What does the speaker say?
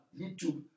YouTube